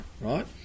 right